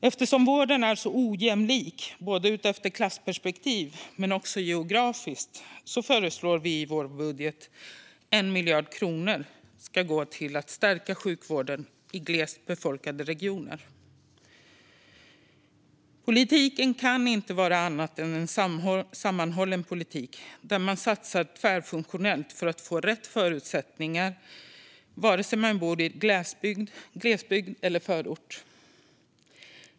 Eftersom vården är så ojämlik ur klassperspektiv men också geografiskt föreslår vi i vår budget att 1 miljard kronor ska gå till att stärka sjukvården i glest befolkade regioner. Politiken kan inte vara annat än en sammanhållen politik, där man satsar tvärfunktionellt för att få rätt förutsättningar vare sig människor bor i glesbygd eller i förort.